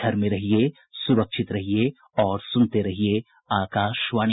घर में रहिये सुरक्षित रहिये और सुनते रहिये आकाशवाणी